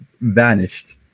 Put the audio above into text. vanished